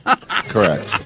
Correct